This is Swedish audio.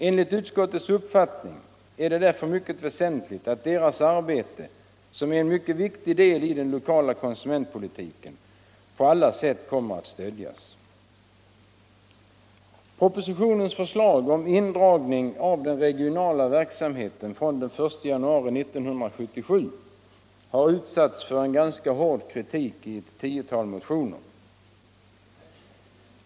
Enligt utskottets uppfattning är det därför mycket väsentligt att deras arbete, som är en mycket viktig del av den lokala konsumentpolitiken, på alla sätt kommer att stödjas. Propositionens förslag om indragning av den regionala verksamheten från den 1 januari 1977 har utsatts för ganska hård kritik i ett tiotal motioner.